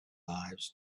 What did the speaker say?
lives